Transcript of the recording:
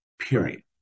period